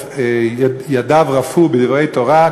ידיו רפו מדברי תורה,